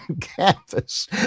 campus